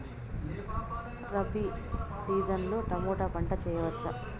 Rabi season లో tomato పంట వేయవచ్చా?